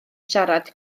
siarad